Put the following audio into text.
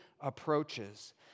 approaches